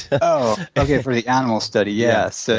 oh for the animal study, yes.